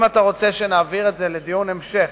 אם אתה רוצה שנעביר את זה לדיון המשך